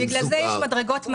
בגלל זה יש מדרגות מס.